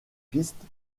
piste